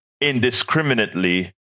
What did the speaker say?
indiscriminately